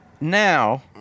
Now